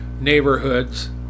neighborhoods